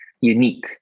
unique